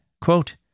Quote